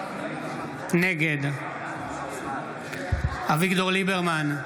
נגד אביגדור ליברמן,